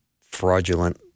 fraudulent